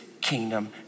kingdom